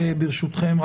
ברשותכם,